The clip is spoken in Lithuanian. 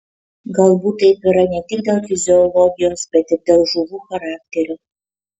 galbūt taip yra ne tik dėl fiziologijos bet ir dėl žuvų charakterio